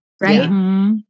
right